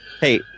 hey